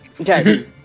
Okay